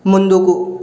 ముందుకు